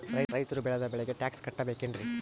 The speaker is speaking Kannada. ರೈತರು ಬೆಳೆದ ಬೆಳೆಗೆ ಟ್ಯಾಕ್ಸ್ ಕಟ್ಟಬೇಕೆನ್ರಿ?